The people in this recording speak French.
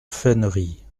fènerie